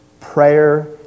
prayer